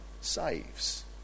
saves